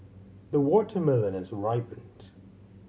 the watermelon has ripened